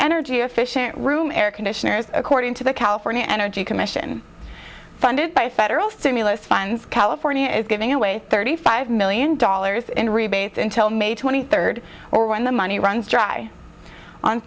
energy efficient room air conditioners according to the california energy commission funded by federal stimulus funds california is giving away thirty five million dollars in rebates until may twenty third or when the money runs dry on